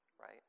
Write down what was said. right